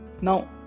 now